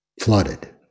flooded